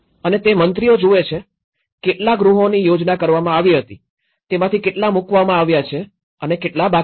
અને તે મંત્રીઓ જુએ છે કેટલા ગૃહોની યોજના કરવામાં આવી હતી તેમાંથી કેટલા મુકવામાં આવ્યા છે અને કેટલા બાકી છે